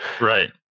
Right